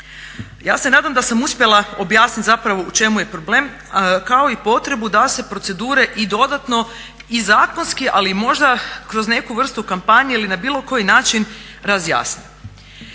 Ja se nadam da sam uspjela objasnit zapravo u čemu je problem, kao i potrebu da se procedure i dodatno i zakonski, ali možda kroz neku vrstu kampanje ili na bilo koji način razjasne.